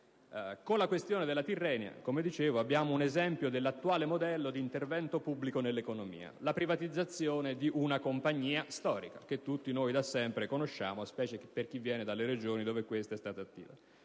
Con la questione della Tirrenia, come dicevo, abbiamo un esempio dell'attuale modello di intervento pubblico in economia: la privatizzazione di una compagnia storica, che tutti noi da sempre conosciamo, specie per chi viene dalle Regioni dove questa è stata attiva.